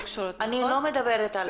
אני לא מדברת על בינוי.